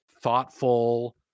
thoughtful